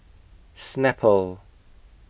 Snapple